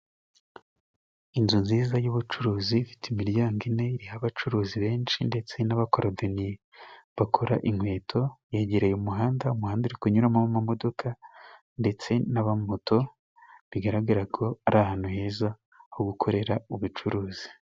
Inzu nziza y'ubucuruzi ifite imiryango ine iriho abacuruzi benshi, ndetse n'abakorodoniye bakora inkweto yegereye umuhanda, umuhanda uri kunyuramo amamodoka, ndetse n'amamoto, bigaragara ko ari ahantu heza ho gukorera ubucuruzi.